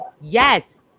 yes